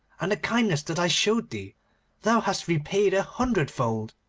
and the kindness that i showed thee thou hast repaid a hundred-fold